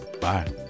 Bye